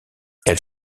elle